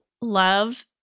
love